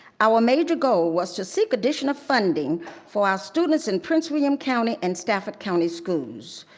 our major goal was to seek additional funding for our students in prince william county and staff at county schools.